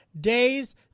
days